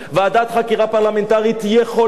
ועדת חקירה פרלמנטרית יכולה,